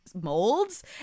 Molds